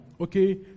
Okay